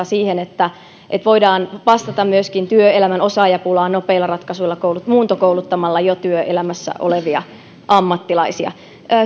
siihen että että voidaan vastata myöskin työelämän osaajapulaan nopeilla ratkaisuilla muuntokouluttamalla jo työelämässä olevia ammattilaisia